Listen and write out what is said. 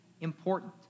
important